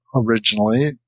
originally